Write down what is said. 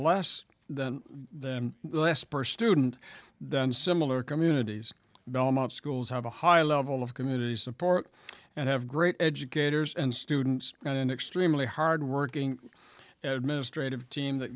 less than them less per student than similar communities belmont schools have a high level of community support and have great educators and students and an extremely hardworking administrate of team that